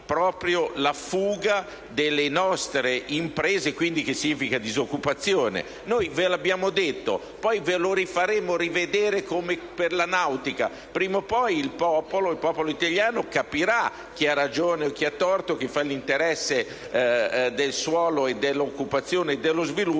proprio la fuga delle nostre imprese, con conseguente aumento della disoccupazione. Noi ve lo abbiamo detto e poi ve lo rifaremo rivedere, come é successo per la nautica. Prima o poi il popolo italiano capirà chi ha ragione o torto, chi fa l'interesse del suolo, dell'occupazione e dello sviluppo